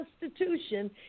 Constitution